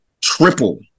triple